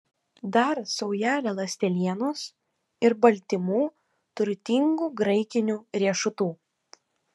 dar saujelę ląstelienos ir baltymų turtingų graikinių riešutų